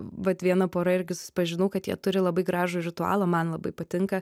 vat viena pora irgi susipažinau kad jie turi labai gražų ritualą man labai patinka